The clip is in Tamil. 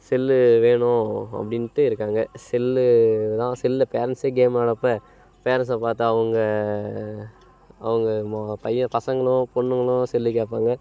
செல்லு வேணும் அப்படின்ட்டு இருக்காங்க செல்லு தான் செல்லை பேரண்ட்ஸே கேம் விளாட்ற அப்போ பேரண்ட்ஸை பார்த்து அவங்க அவங்க மோ பையன் பசங்களும் பொண்ணுங்களும் செல்லு கேட்பாங்க